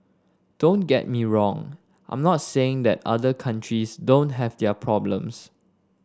don't get me wrong I'm not saying that other countries don't have their problems